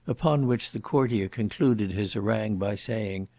upon which the courtier concluded his harangue, by saying,